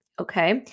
Okay